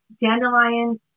dandelions